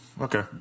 Okay